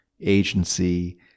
agency